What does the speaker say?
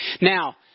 Now